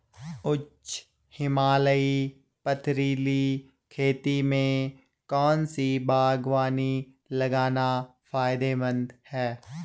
उच्च हिमालयी पथरीली खेती में कौन सी बागवानी लगाना फायदेमंद है?